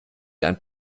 ein